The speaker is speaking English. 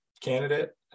candidate